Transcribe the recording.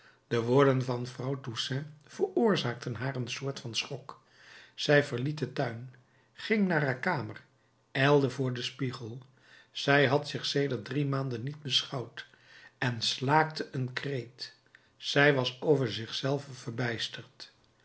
de woorden van vrouw toussaint veroorzaakten haar een soort van schok zij verliet den tuin ging naar haar kamer ijlde voor den spiegel zij had zich sedert drie maanden niet beschouwd en slaakte een kreet zij was over zich zelve verbijsterd